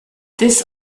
this